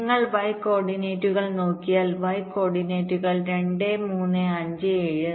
നിങ്ങൾ y കോർഡിനേറ്റുകൾ നോക്കിയാൽ y കോർഡിനേറ്റുകൾ 2 3 5 7